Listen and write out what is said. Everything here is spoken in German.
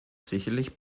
sicherlich